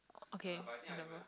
okay whatever